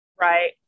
Right